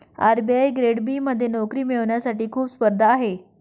RBI grade B मध्ये नोकरी मिळवण्यासाठी खूप स्पर्धा आहे